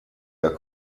der